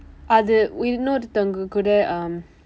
அது இநோரு தொங்க கூட:athu innoru thongka kuuda um